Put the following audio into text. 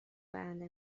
برنده